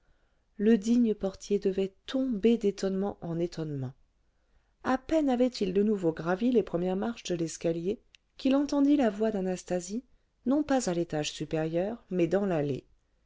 le digne portier devait tomber d'étonnement en étonnement à peine avait-il de nouveau gravi les premières marches de l'escalier qu'il entendit la voix d'anastasie non pas à l'étage supérieur mais dans l'allée